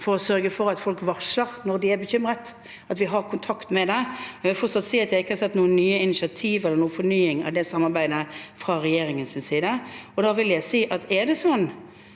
for å sørge for at folk varsler når de er bekymret, at vi har kontakt med det. Jeg vil fortsatt si at jeg ikke har sett noen nye initiativ eller fornying av det samarbeidet fra regjeringens side. Og da vil jeg si: Er det sånn